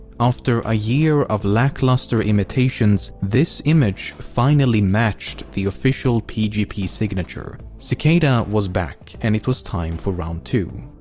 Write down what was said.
after a year of lackluster imitations, this image finally matched the official pgp signature. cicada was back and it was time for round two.